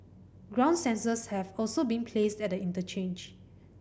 ground sensors have also been placed at the interchange